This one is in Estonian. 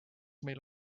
meil